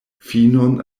finon